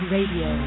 Radio